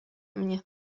mnie